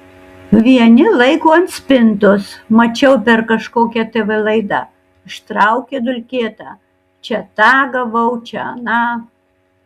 vieni laiko ant spintos mačiau per kažkokią tv laidą ištraukė dulkėtą čia tą gavau čia aną